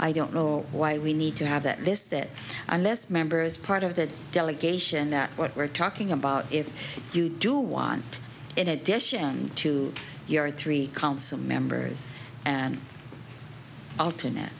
i don't know why we need to have that list that unless member is part of that delegation that what we're talking about if you do want in addition to your three council members and alternate